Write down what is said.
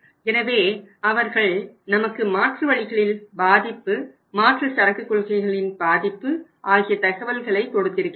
எனவே அவர்கள் நமக்கு மாற்று வழிகளில் பாதிப்பு மாற்று சரக்கு கொள்கைகளின் பாதிப்பு ஆகிய தகவல்களை கொடுத்திருக்கிறார்கள்